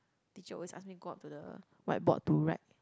teacher always ask me go up to the white board to write